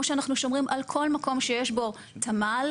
שאנחנו שומרים על כל מקום שיש בו תמ"ל,